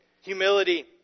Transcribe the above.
Humility